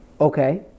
Okay